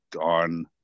on